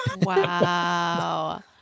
Wow